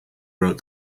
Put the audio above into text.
wrote